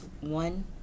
one